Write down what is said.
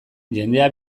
jendea